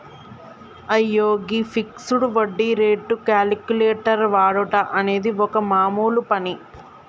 అయ్యో గీ ఫిక్సడ్ వడ్డీ రేటు క్యాలిక్యులేటర్ వాడుట అనేది ఒక మామూలు పని